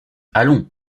allons